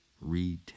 read